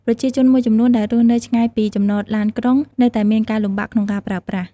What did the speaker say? ប្រជាជនមួយចំនួនដែលរស់នៅឆ្ងាយពីចំណតឡានក្រុងនៅតែមានការលំបាកក្នុងការប្រើប្រាស់។